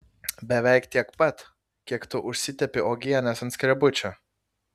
beveik tiek pat kiek tu užsitepi uogienės ant skrebučio